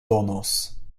donos